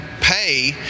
pay